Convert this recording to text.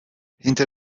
hinter